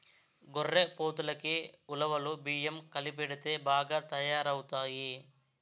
గొర్రెపోతులకి ఉలవలు బియ్యం కలిపెడితే బాగా తయారవుతాయి